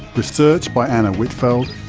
research by anna whitfeld,